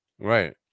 Right